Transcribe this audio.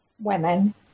women